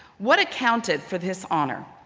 what accounted for this honor?